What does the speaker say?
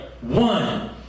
one